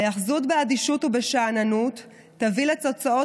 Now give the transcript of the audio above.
ההיאחזות באדישות ובשאננות תביא לתוצאות